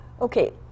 Okay